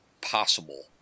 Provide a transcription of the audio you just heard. possible